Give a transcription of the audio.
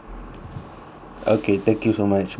okay thank you so much bye